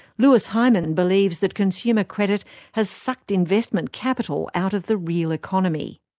louis hyman believes that consumer credit has sucked investment capital out of the real economy.